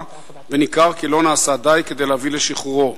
וניכר כי לא נעשה די להביא לשחרורו.